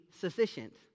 sufficient